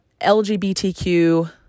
LGBTQ